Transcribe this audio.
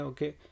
Okay